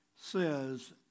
says